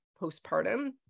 postpartum